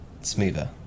Smoother